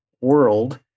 world